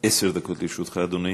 עשר דקות לרשותך, אדוני.